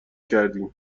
کردیم